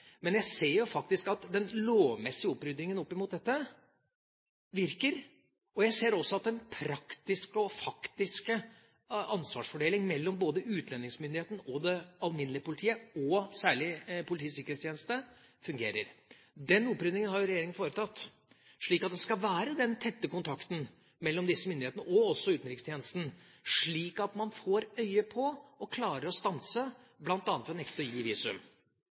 Men jeg ser faktisk at den lovmessige oppryddingen opp mot dette virker. Og jeg ser at den praktiske og faktiske ansvarsfordelingen mellom utlendingsmyndigheten og det alminnelige politiet – og særlig Politiets sikkerhetstjeneste – fungerer. Den oppryddingen har regjeringa foretatt. Så det skal være tett kontakt mellom disse myndighetene, og også utenrikstjenesten, slik at man får øye på – og klarer å stanse – ulovlige aktiviteter bl.a. ved å nekte visum.